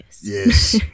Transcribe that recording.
Yes